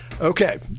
Okay